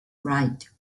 right